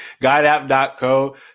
guideapp.co